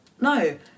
no